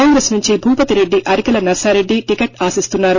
కాంగ్రెస్ నుండి భూపతి రెడ్డి అరికెల నర్సా రెడ్డి టికెట్ ఆశిస్తున్నారు